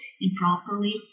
improperly